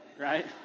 Right